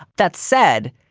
that said,